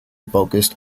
focused